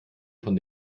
von